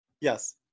yes